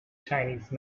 chinese